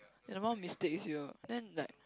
and amount of mistakes you're then like